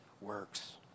works